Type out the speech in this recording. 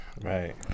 Right